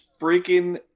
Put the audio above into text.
freaking